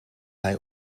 hij